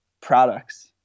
products